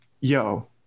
yo